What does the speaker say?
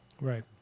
Right